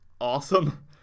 awesome